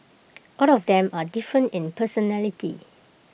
all of them are different in personality